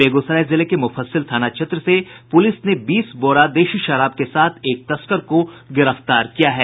बेगूसराय जिले के मुफस्सिल थाना क्षेत्र से प्रलिस ने बीस बोरा देशी शराब के साथ एक तस्कर को गिरफ्तार किया है